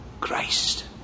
Christ